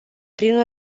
prin